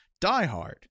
diehard